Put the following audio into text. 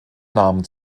namen